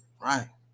Right